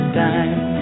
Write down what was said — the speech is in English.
time